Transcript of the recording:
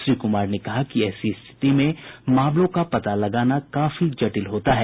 श्री कुमार ने कहा कि ऐसी स्थिति में मामलों का पता लगाना काफी जटिल होता है